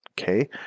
Okay